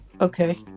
Okay